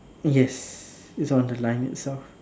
yes it's on the line itself